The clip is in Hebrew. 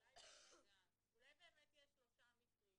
אולי באמת יש שלושה מקרים?